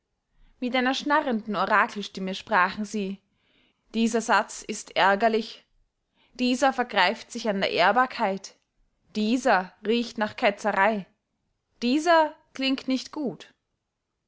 mit einer schnarrenden orakelstimme sprachen sie dieser satz ist ärgerlich dieser vergreift sich an der ehrbarkeit dieser riecht nach ketzerey dieser klingt nicht gut